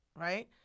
right